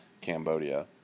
Cambodia